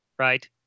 Right